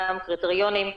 קריטריונים?